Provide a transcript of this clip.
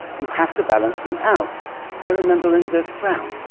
you have to balance them out by remembering their frown,